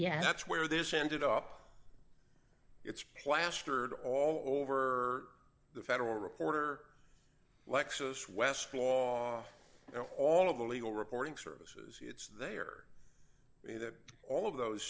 yeah that's where this ended up it's plastered all over the federal reporter lexus westlaw hall of the legal reporting services it's they are in that all of those